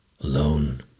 Alone